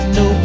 no